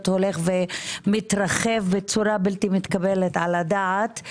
הולך ומתרחב בצורה בלתי מתקבלת על הדעת.